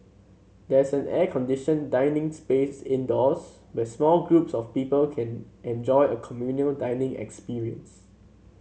there's an air conditioned dining space indoors where small groups of people can enjoy a communal dining experience